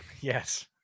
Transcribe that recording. Yes